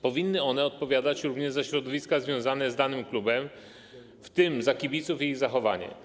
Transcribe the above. Powinny one odpowiadać również za środowisko związane z danym klubem, w tym za kibiców i ich zachowanie.